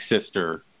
sister